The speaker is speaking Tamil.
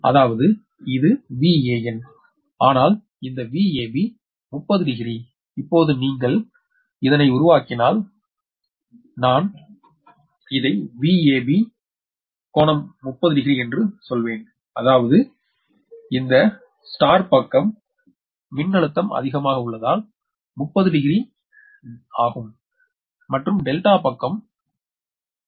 அதாவது இது VAn ஆனால் இந்த VAB 30 டிகிரி இப்போது நீங்கள் வைத்தால் நான் இதை உருவாக்கினால் நான் இதை இங்கே செய்தால் நான் இதை இங்கே செய்தால் நான் இதை VAB இங்கே செய்தால் இது என் VAB இங்கே இந்த கோணம் 30 டிகிரி என்று பொருள் அதாவது அதாவது இது இந்த நட்சத்திர பக்க வரி மின்னழுத்தம் 30 பக்க டிகிரி மூலம் டெல்டா பக்க வரி மின்னழுத்தத்தை வழிநடத்தும் நட்சத்திர பக்க வரி மின்னழுத்தம்